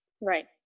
right